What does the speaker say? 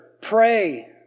Pray